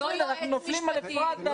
אנחנו נופלים על אפרת.